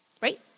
Right